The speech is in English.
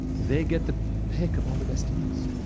they get the pick of all the best deals.